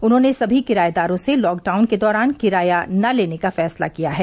उन्होंने सभी किरायेदारों से लॉकडाउन के दौरान किराया न लेने का फैसला किया है